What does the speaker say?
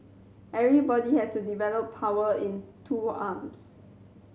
everybody has to develop power in two arms